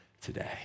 today